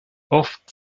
oft